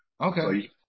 Okay